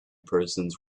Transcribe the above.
persons